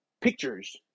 pictures